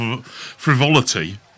Frivolity